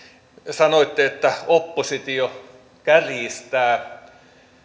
sanoitte että oppositio kärjistää